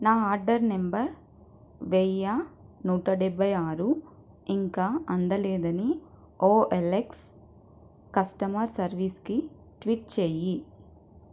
నా order number వెయ్య నూట డెబ్భై ఆరు ఇంకా అందలేదని ఓఎల్ఎక్స్ కస్టమర్ సర్వీస్కి ట్వీట్ చెయ్యి